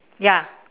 ya